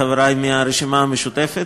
חברי מהרשימה המשותפת.